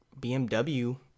BMW